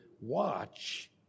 watch